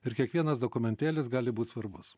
ir kiekvienas dokumentėlis gali būt svarbus